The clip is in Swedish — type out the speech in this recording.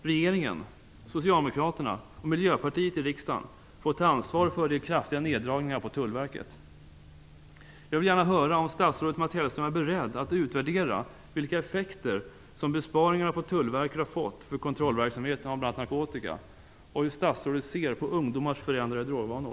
Regeringen, socialdemokraterna och Miljöpartiet i riksdagen får ta ansvaret för de kraftiga neddragningarna av Tullverkets verksamhet. Jag vill gärna höra om statsrådet Mats Hellström är beredd att utvärdera vilka effekter som besparingarna på Tullverket har fått för kontrollverksamheten när det gäller bl.a. narkotika och hur statsrådet ser på ungdomars förändrade drogvanor.